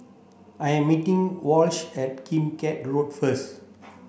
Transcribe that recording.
I am meeting Wash at Kim Keat Road first